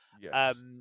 Yes